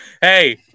Hey